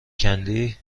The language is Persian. کندی